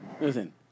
Listen